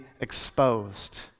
exposed